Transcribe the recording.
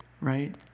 Right